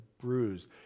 bruised